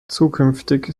zukünftig